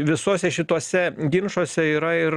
visuose šituose ginčuose yra ir